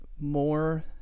more